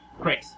Great